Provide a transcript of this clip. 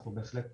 אנחנו בהחלט